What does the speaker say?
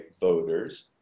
voters